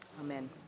Amen